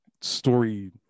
story